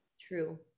True